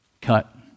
cut